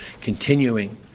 continuing